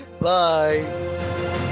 bye